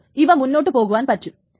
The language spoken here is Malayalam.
അപ്പോൾ ഇവക്ക് മുന്നോട്ടു പോകുവാൻ പറ്റും